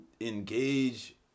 engage